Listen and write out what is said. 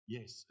Yes